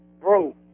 Bro